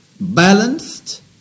balanced